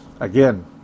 Again